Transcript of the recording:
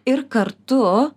ir kartu